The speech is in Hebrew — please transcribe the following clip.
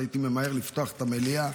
הייתי ממהר לפתוח את המליאה,